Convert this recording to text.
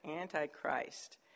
Antichrist